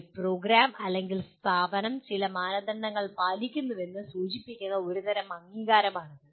ഒരു പ്രോഗ്രാം അല്ലെങ്കിൽ സ്ഥാപനം ചില മാനദണ്ഡങ്ങൾ പാലിക്കുന്നുവെന്ന് സൂചിപ്പിക്കുന്ന ഒരുതരം അംഗീകാരമാണിത്